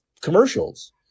commercials